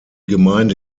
gemeinde